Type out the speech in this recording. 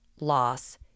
loss